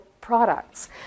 products